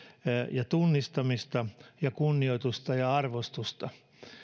ja tunnistamista ja kunnioitusta ja arvostusta